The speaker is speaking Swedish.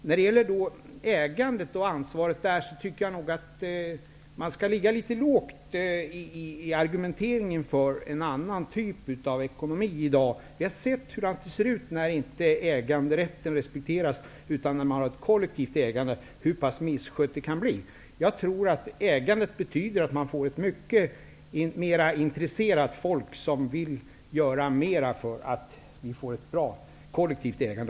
När det gäller ägandet och ansvaret tycker jag att man skall ligga litet lågt när man argumenterar för en annan typ av ekonomi. Vi har sett hur misskött det kan bli när inte äganderätten respekteras utan man har ett kollektivt ägande. Jag tror att ägandet betyder att man får människor som är intresserade och som vill göra mer för att vi även skall få ett kollektivt ägande.